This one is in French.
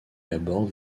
aborde